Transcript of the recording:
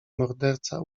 morderca